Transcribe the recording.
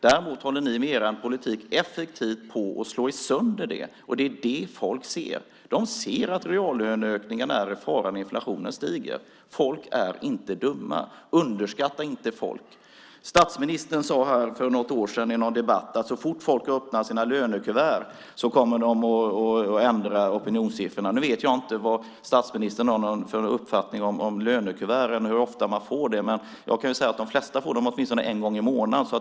Däremot håller ni med er politik effektivt på att slå sönder det, och det är det folk ser. De ser att reallöneökningarna är i fara när inflationen stiger. Folk är inte dumma. Underskatta inte folk. Statsministern sade för något år sedan i någon debatt att så fort folk öppnar sina lönekuvert så kommer de att ändra opinionssiffrorna. Nu vet jag inte vad statsministern har för uppfattning om hur ofta man får lönekuvert, men jag kan säga att de flesta får dem åtminstone en gång i månaden.